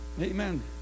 amen